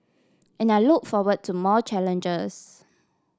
and I look forward to more challenges